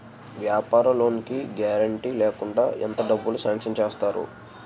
వ్యాపార లోన్ కి గారంటే లేకుండా ఎంత డబ్బులు సాంక్షన్ చేస్తారు?